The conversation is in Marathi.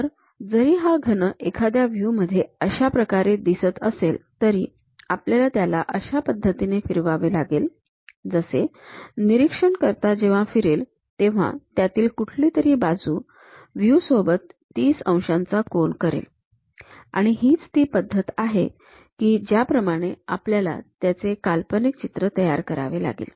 तर जरी हा घन एखाद्या व्ह्यू मध्ये अशा प्रकारे दिसत असेल तरी आपल्याला त्याला अशा पद्धतीने फिरवावे लागेल जसे निरीक्षणकर्ता जेव्हा फिरेल तेव्हा त्यातील कुठली तरी बाजू व्ह्यू सोबत ३० अंशाचा कोन करेल आणि हीच ती पद्धत आहे की ज्याप्रमाणे आपल्याला त्याचे काल्पनिक चित्र तयार करावे लागेल